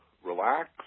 Relax